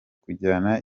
kujyana